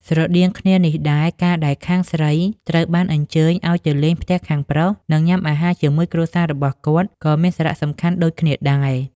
ស្រដៀងគ្នានេះដែរ ការដែលខាងស្រីត្រូវបានអញ្ជើញឲ្យទៅលេងផ្ទះខាងប្រុស និងញ៉ាំអាហារជាមួយគ្រួសាររបស់គាត់ ក៏មានសារៈសំខាន់ដូចគ្នាដែរ។